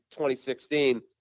2016